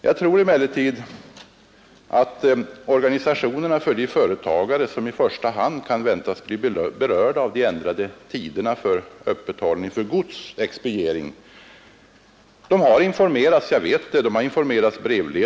Jag vet emellertid att organisationerna för de företagare som i första hand kan väntas bli berörda av de ändrade tiderna för öppethållande för godsexpediering har informerats brevledes om förändringen.